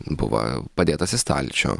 buvo padėtas į stalčių